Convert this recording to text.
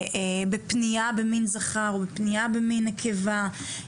בפנייה במין זכר או בפנייה במין נקבה.